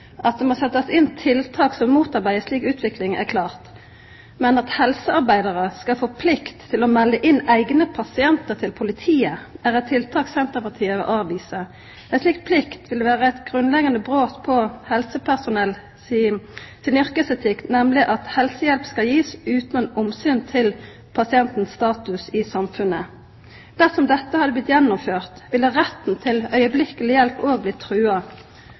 At det må setjast inn tiltak som motarbeider ei slik utvikling, er klart. Men at helsearbeidarar skal få plikt til å melda inn eigne pasientar til politiet, er eit tiltak Senterpartiet vil avvisa. Ei slik plikt vil vera eit grunnleggjande brot på yrkesetikken til helsepersonell, nemleg at ein skal gi helsehjelp utan omsyn til pasientens status i samfunnet. Dersom dette hadde blitt gjennomført, ville retten til øyeblikkeleg hjelp også blitt trua.